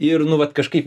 ir nu vat kažkaip